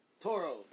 Toro